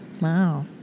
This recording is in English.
Wow